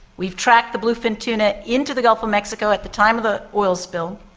we've tracked the bluefin tuna into the gulf of mexico at the time of the oil spill,